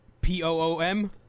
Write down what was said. p-o-o-m